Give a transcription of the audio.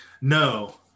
no